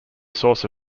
source